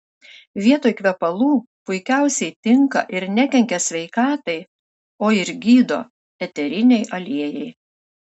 vietoj kvepalų puikiausiai tinka ir nekenkia sveikatai o ir gydo eteriniai aliejai